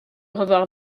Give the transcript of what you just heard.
revoir